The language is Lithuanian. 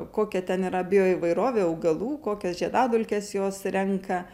kokia ten yra bioįvairovė augalų kokias žiedadulkes jos renka